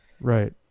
right